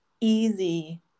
easy